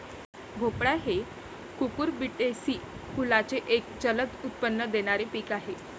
भोपळा हे कुकुरबिटेसी कुलाचे एक जलद उत्पन्न देणारे पीक आहे